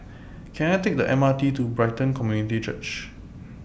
Can I Take The MRT to Brighton Community Church